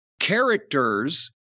characters